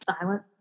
silent